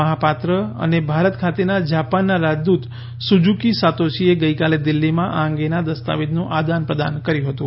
મહાપાત્ર અને ભારત ખાતેના જાપાનના રાજદ્દત સુઝુકી શાતોષીએ ગઈકાલે દિલ્હીમાં આ અંગેના દસ્તાવેજનું આદાનપ્રદાન કર્યું હતું